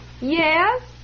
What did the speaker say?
Yes